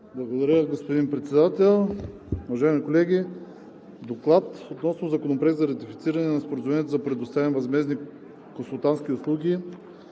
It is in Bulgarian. Благодаря, господин Председател. Уважаеми колеги! „Доклад относно Законопроект за ратифициране на Споразумението за предоставяне на възмездни консултантски услуги